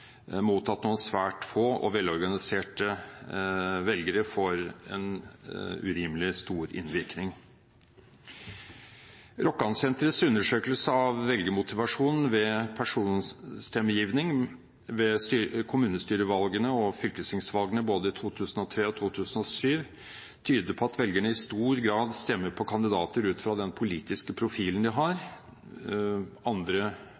noen svært få og velorganiserte velgere får en urimelig stor innvirkning. Rokkansenterets undersøkelse av velgermotivasjon ved personstemmegivning ved kommunestyre- og fylkestingsvalgene både i 2003 og i 2007 tyder på at velgerne i stor grad stemmer på kandidater ut fra politisk profil og andre kjennetegn som erfaring og kompetanse, og at de